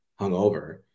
hungover